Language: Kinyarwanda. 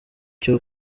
cyo